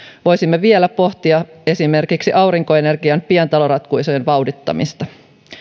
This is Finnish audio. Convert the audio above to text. voisimme vielä pohtia esimerkiksi aurinkoenergian pientaloratkaisujen vauhdittamista